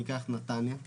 ניקח את נתניה,